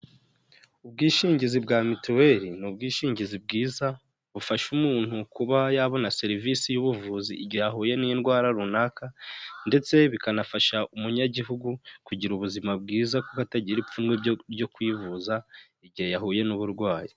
Ubwishingizi bwa mituweli ni ubwishingizi bwiza bufasha umuntu kuba yabona serivisi y'ubuvuzi igihe ahuye n'indwara runaka, ndetse bikanafasha umuyagihugu kugira ubuzima bwiza, kuba atagira ipfunwe ryo kwivuza igihe yahuye n'uburwayi.